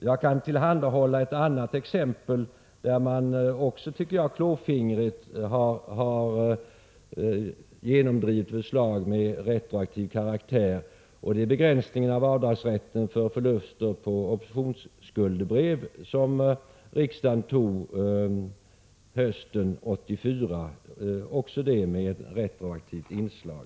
Jag kan nämna ett annat exempel på hur man, enligt min mening, klåfingrigt har genomdrivit förslag med retroaktiv karaktär, nämligen då det gäller rätten till avdrag för förluster på optionsskuldebrev. Härom fattade riksdagen beslut hösten 1984, alltså även då ett beslut med retroaktiva inslag.